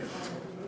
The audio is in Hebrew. לא נכון.